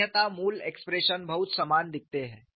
अन्यथा मूल एक्सप्रेशन बहुत समान दिखते हैं